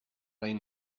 ein